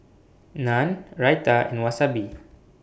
Naan Raita and Wasabi